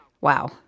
Wow